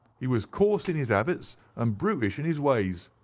he was coarse in his habits and brutish in his ways.